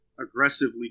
aggressively